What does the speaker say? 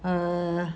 err